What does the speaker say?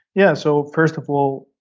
yeah, so first of all,